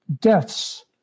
deaths